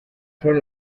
son